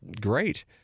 great